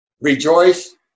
Rejoice